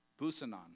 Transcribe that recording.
busanon